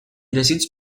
desig